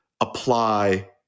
apply